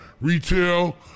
retail